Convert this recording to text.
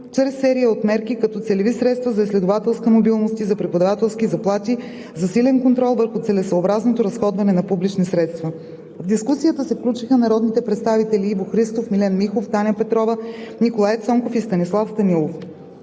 чрез серия от мерки като целеви средства за изследователска мобилност и за преподавателски заплати, засилен контрол върху целесъобразното разходване на публични средства. В дискусията се включиха народните представители Иво Христов, Милен Михов, Таня Петрова, Николай Цонков и Станислав Станилов.